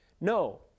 No